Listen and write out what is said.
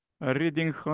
Reading